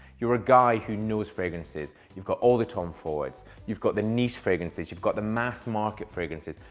you're a guy who knows fragrances. you've got all the time for words, you've got the niche fragrances, you've got the mass market fragrances.